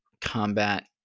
combat